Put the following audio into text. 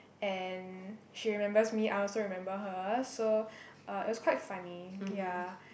and she remembers me I also remember her so uh it was quite funny ya